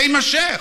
זה יימשך.